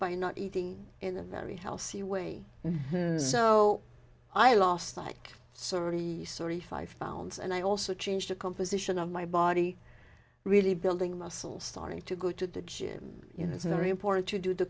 by not eating in a very healthy way so i lost like somebody sortie five pounds and i also changed the composition of my body really building muscles starting to go to the gym you know it's very important to do the